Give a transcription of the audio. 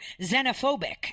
xenophobic